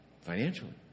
financially